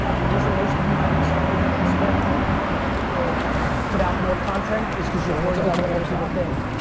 the reason most of you haven't started an instagram account or put out more content is because you're worried about what other people think,